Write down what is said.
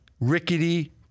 rickety